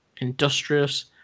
industrious